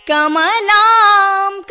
Kamalam